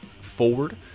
forward